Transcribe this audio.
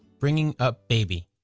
bringing up baby.